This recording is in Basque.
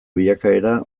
bilakaera